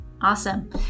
Awesome